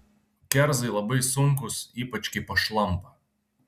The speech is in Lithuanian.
kerzai labai sunkūs ypač kai pašlampa